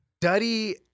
duddy